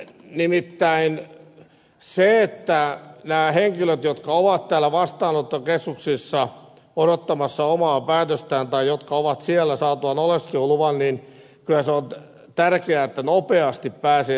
nimittäin näiden henkilöiden kannalta jotka ovat täällä vastaanottokeskuksissa odottamassa päätöstä tai jotka ovat siellä saatuaan oleskeluluvan se on kyllä tärkeää että nopeasti pääsee työelämään kiinni